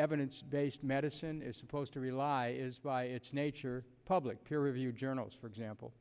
evidence based medicine is supposed to rely as nature public peer reviewed journals for example